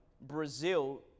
Brazil